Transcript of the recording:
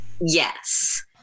yes